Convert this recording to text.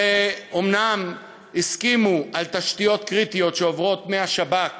אומנם הסכימו על תשתיות קריטיות שעוברות מהשב"כ